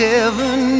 Heaven